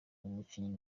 umukinnyi